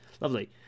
lovely